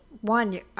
one